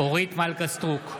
סטרוק,